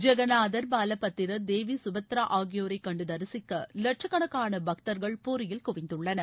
ஜெகன்நாதர் பாலபத்திரர் தேவி சுபத்திரா ஆகியோரை கண்டு தரிசிக்க லட்சக்கணக்கான பக்தர்கள் பூரியில் குவிந்துள்ளனர்